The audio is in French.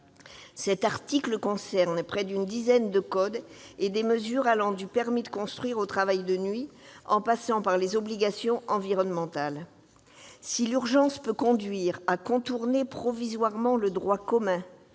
Cet article concerne près d'une dizaine de codes et des mesures allant du permis de construire au travail de nuit, en passant par les obligations environnementales. Si l'urgence peut conduire à contourner provisoirement le droit commun,